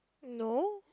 no